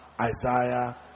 Isaiah